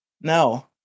No